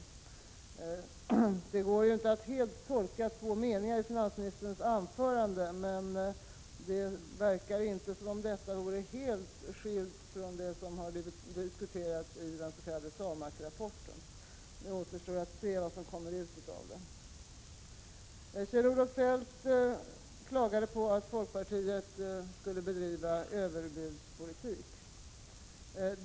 Det går ju inte att göra en fullständig uttolkning på grundval av två meningar i finansministerns anförande, men det verkar inte som om hans uppfattning vore helt skild från det som har diskuterats i den s.k. SAMAK-rapporten. Det återstår att se vad som kommer ut av detta. Kjell-Olof Feldt klagade på att folkpartiet skulle bedriva överbudspolitik.